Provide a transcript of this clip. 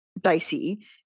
dicey